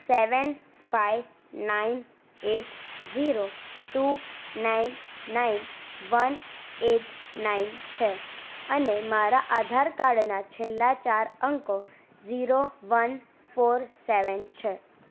seven five nine eight zero two nine nine one eight nine છે અને મારા આધાર કાર્ડના છેલ્લા ચાર અંકો ઝીરો વન ફોર સેવેન છે